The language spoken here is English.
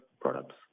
products